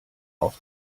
auf